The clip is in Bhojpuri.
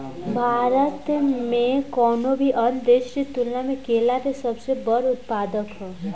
भारत कउनों भी अन्य देश के तुलना में केला के सबसे बड़ उत्पादक ह